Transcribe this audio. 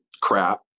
crap